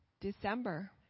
december